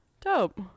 Dope